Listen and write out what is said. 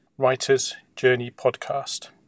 writersjourneypodcast